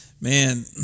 Man